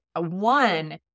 one